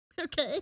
Okay